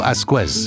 Asquez